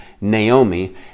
Naomi